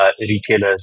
retailers